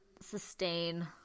sustain